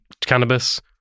cannabis